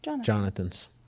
Jonathan's